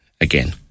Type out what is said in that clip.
again